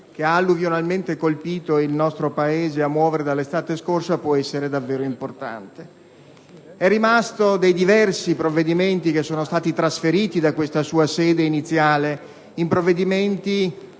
che ha alluvionalmente colpito il nostro Paese a partire dall'estate scorsa può essere davvero importante. Dei diversi provvedimenti che sono stati trasferiti da questa sua sede iniziale, determinando